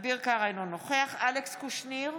אינו נוכח אלכס קושניר,